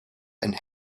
and